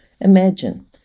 Imagine